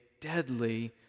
deadly